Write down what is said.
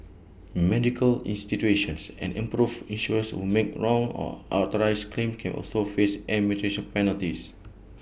medical institutions and improve insurers who make wrong or authorised claims can also face administrative penalties